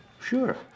Sure